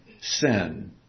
sin